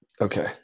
Okay